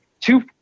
two